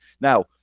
now